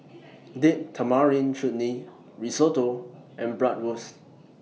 Date Tamarind Chutney Risotto and Bratwurst